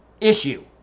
issue